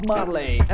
Marley